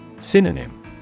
Synonym